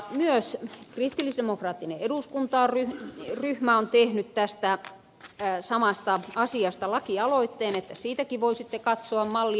myös kristillisdemokraattinen eduskuntaryhmä on tehnyt tästä samasta asiasta lakialoitteen niin että siitäkin voisitte katsoa mallia